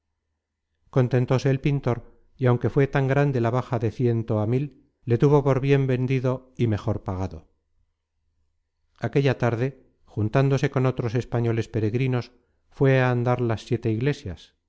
contentóse el pintor y aunque fué tan grande la baja de ciento á mil le tuvo por bien vendido y mejor pagado aquella tarde juntándose con otros españoles peregrinos fué á andar las siete iglesias